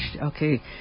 Okay